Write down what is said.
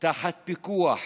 תחת פיקוח,